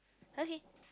okay